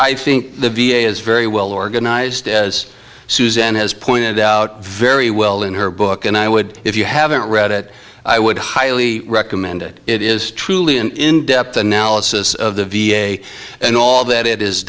i think the v a is very well organized as susan has pointed out very well in her book and i would if you haven't read it i would highly recommend it it is truly an in depth analysis of the v a and all that it is